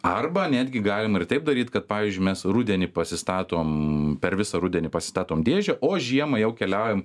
arba netgi galima ir taip daryt kad pavyzdžiui mes rudenį pasistatom per visą rudenį pasistatom dėžę o žiemą jau keliaujam